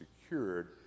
secured